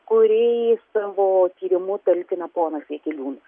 kuriai savo tyrimu talkina ponas jakeliūnas